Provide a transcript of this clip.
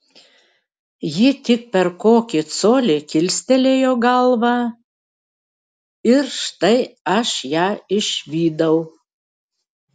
ji tik per kokį colį kilstelėjo galvą ir štai aš ją išvydau